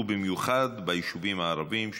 ובמיוחד ביישובים הערביים,